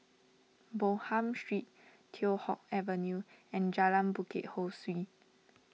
Bonham Street Teow Hock Avenue and Jalan Bukit Ho Swee